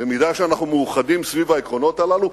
במידה שאנחנו מאוחדים סביב העקרונות הללו,